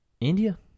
India